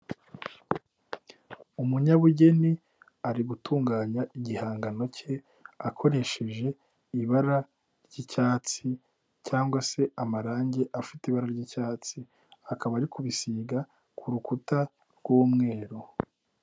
Umunyabugeni ari gutunganya igihangano cye akoresheje ibara ry'icyatsi cyangwa se amarange afite ibara ry'icyatsi, akaba ari kubisiga ku rukuta rw'umweru.